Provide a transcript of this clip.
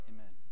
Amen